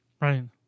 Right